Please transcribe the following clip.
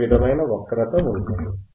ఈ విధమైన వక్రత ఉన్నది